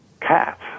cats